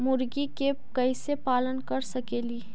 मुर्गि के कैसे पालन कर सकेली?